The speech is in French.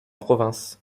province